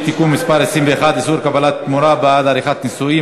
(תיקון מס' 21) (איסור קבלת תמורה בעד עריכת נישואין),